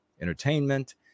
entertainment